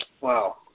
wow